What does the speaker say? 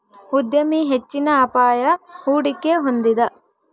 ಉದ್ಯಮಿ ಹೆಚ್ಚಿನ ಅಪಾಯ, ಹೂಡಿಕೆ ಹೊಂದಿದ